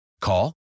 Call